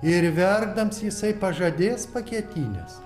ir verkdams jisai pažadės pakietinęs